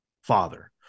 Father